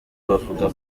bavuga